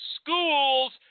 schools